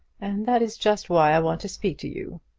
and that is just why i want to speak to you.